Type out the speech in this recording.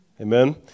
Amen